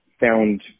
found